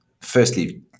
firstly